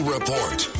Report